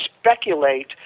speculate